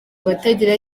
batagira